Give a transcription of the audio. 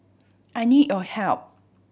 I need your help